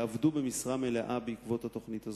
יעבדו במשרה מלאה בעקבות התוכנית הזאת,